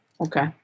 Okay